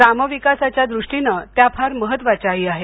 ग्रामविकासाच्या दृष्टीनं त्या फार महत्वाच्याही आहेत